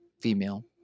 female